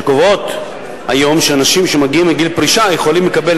שקובעות היום שאנשים שמגיעים לגיל פרישה יכולים לקבל